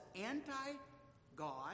anti-God